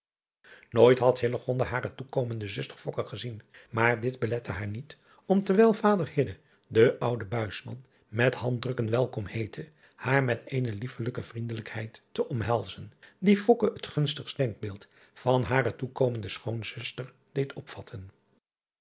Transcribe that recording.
ooit had hare toekomende zuster gezien maar dit belette haar niet om terwijl vader den ouden met handdrukken welkom heette haar met eene liefelijke vriendelijkheid te omhelzen die het gunstigst denkbeeld van hare toekomende schoonzuster deed opvatten